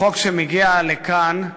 החוק שמגיע לכאן,